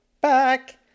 back